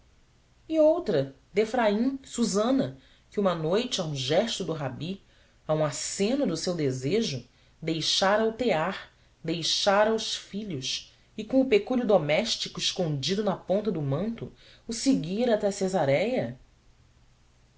e outra de efraim susana que uma noite a um gesto do rabi a um aceno do seu desejo deixara o tear deixara os filhos e com o pecúlio doméstico escondido na ponta do manto o seguira até cesaréia